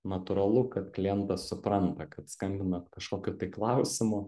natūralu kad klientas supranta kad skambinat kažkokiu tai klausimu